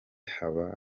haba